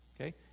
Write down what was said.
Okay